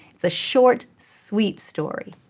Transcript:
a short, sweet story.